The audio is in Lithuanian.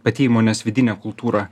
pati įmonės vidinė kultūra